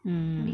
mm